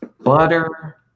butter